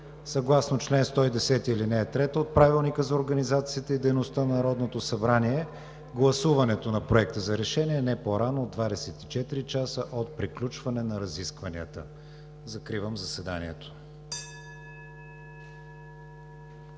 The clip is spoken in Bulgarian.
Съгласно чл. 110, ал. 3 от Правилника за организацията и дейността на Народното събрание гласуването на Проекта на решение е не по-рано от 24 часа от приключване на разискванията. Закривам заседанието.(Звъни.)